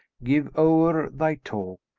give o'er thy talk,